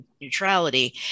neutrality